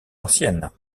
ancienne